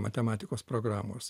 matematikos programos